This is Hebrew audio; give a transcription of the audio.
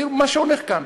תראו מה שהולך כאן,